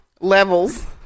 levels